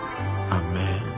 Amen